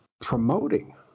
promoting